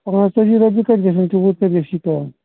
پانژتأجی رۄپیہِ کتہِ گژھَن تیٛوٗت کتہِ گژھِی کم